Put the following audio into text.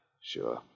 Sure